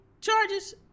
charges